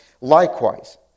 Likewise